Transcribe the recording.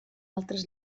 altres